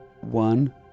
one